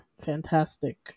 fantastic